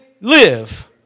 live